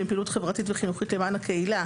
בפעילות חברתית וחינוכית למען הקהילה,